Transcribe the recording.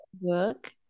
work